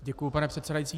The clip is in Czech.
Děkuji, pane předsedající.